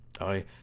I